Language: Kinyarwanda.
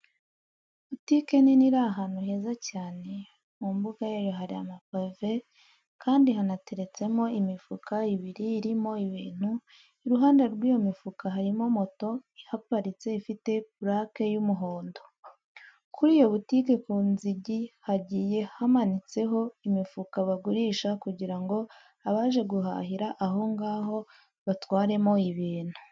Butike nini iri ahantu heza cyane, mu mbuga yayo hari amapave kandi hanateretsemo imifuka ibiri irimo ibintu, iruhande rw'iyo mifuka hari moto ihaparitse ifite purake y'umuhondo. Kuri iyo butike ku nzugi hagiye hamanitseho imifuka bagurisha kugira ngo abaje guhahira aho ngaho batwaremo ibintu.